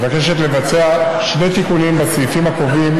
מבקשת לבצע שני תיקונים בסעיפים הקובעים